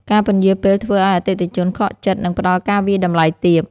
ការពន្យារពេលធ្វើឱ្យអតិថិជនខកចិត្ត និងផ្ដល់ការវាយតម្លៃទាប។